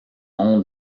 nom